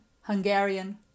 Hungarian